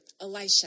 Elisha